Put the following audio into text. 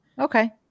Okay